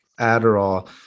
adderall